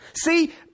See